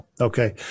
Okay